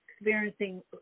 experiencing